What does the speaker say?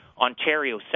Ontario